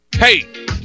Hey